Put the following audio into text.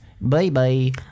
Bye-bye